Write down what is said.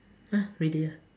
!huh! really ah